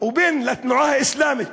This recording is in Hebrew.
ובן לתנועה האסלאמית,